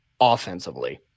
offensively